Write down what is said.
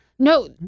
No